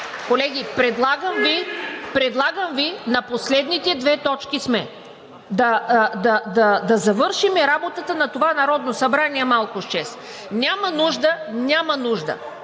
колеги! Предлагам Ви – на последните две точки сме – да завършим работата на това Народно събрание малко с чест. (Шум и реплики.) Няма нужда!